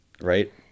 right